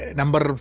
number